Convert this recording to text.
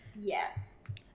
Yes